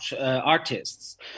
artists